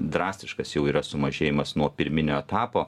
drastiškas jau yra sumažėjimas nuo pirminio etapo